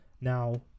now